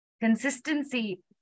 consistency